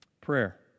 prayer